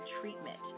treatment